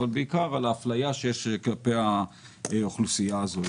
אבל בעיקר על האפליה שיש כלפי האוכלוסייה הזו.